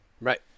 Right